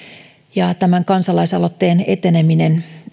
päällä tämän kansalaisaloitteen eteneminen